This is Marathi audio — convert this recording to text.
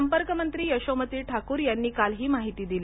संपर्क मंत्री यशोमती ठाकूर यांनी काल ही माहिती दिली